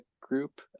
group